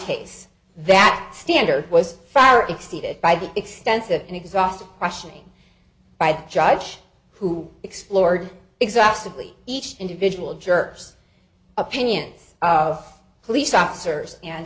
case that standard was far exceeded by the extensive and exhaustive questioning by the judge who explored exhaustively each individual jerks opinions of police officers and